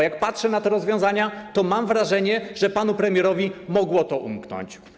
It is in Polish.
Jak patrzę na te rozwiązania, to mam wrażenie, że panu premierowi mogło to umknąć.